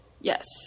Yes